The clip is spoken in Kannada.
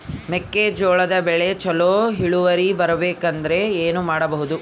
ಮೆಕ್ಕೆಜೋಳದ ಬೆಳೆ ಚೊಲೊ ಇಳುವರಿ ಬರಬೇಕಂದ್ರೆ ಏನು ಮಾಡಬೇಕು?